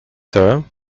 term